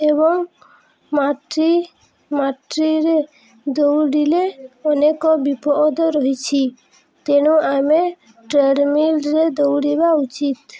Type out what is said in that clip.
ଏବଂ ମାଟି ମାଟିରେ ଦୌଡ଼ିଲେ ଅନେକ ବିପଦ ରହିଛି ତେଣୁ ଆମେ ଟ୍ରେଡ଼ମିଲ୍ରେ ଦୌଡ଼ିବା ଉଚିତ୍